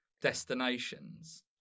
Destinations